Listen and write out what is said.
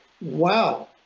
Wow